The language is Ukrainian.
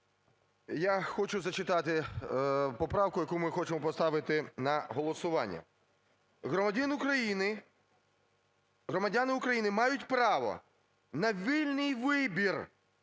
Я хочу зачитати поправку, яку ми хочемо поставити на голосування: "Громадянин України…громадяни України мають право на вільний вибір